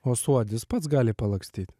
o suodis pats gali palakstyt